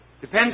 depends